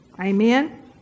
Amen